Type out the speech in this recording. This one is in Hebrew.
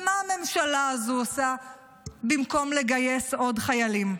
ומה הממשלה הזו עושה במקום לגייס עוד חיילים?